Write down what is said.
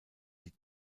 die